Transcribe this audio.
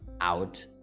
out